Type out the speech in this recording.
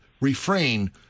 refrain